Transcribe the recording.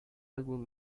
álbum